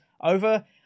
over